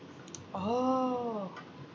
orh